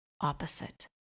opposite